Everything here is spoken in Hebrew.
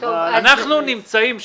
אנחנו נמצאים שם.